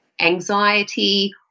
anxiety